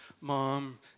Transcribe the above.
mom